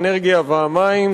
שר האנרגיה והמים,